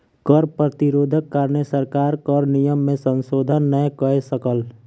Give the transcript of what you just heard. कर प्रतिरोधक कारणेँ सरकार कर नियम में संशोधन नै कय सकल